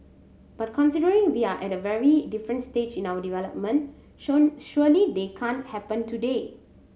but considering we are at a very different stage in our development sure surely that can't happen today